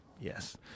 Yes